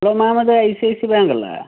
hello ma'am ഇത് I C I C I bank അല്ലേ